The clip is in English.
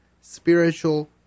spiritual